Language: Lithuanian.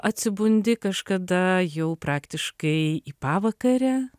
atsibundi kažkada jau praktiškai į pavakarę